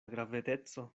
gravedeco